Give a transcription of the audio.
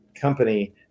company